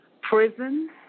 prison